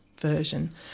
version